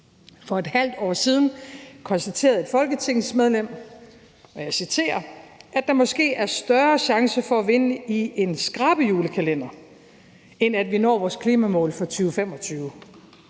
For et halvt år siden konstaterede et folketingsmedlem, at der er »større chance for at vinde i en skrabe-julekalender, end at vi når vores klimamål for 2025«.